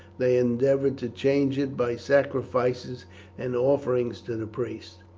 they endeavoured to change it by sacrifices and offerings to the priests.